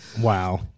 Wow